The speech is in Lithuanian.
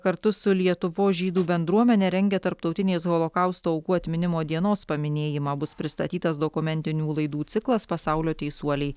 kartu su lietuvos žydų bendruomene rengia tarptautinės holokausto aukų atminimo dienos paminėjimą bus pristatytas dokumentinių laidų ciklas pasaulio teisuoliai